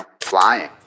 flying